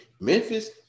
Memphis